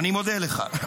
אני מודה לך.